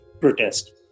protest